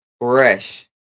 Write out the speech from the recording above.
Fresh